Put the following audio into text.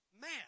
Man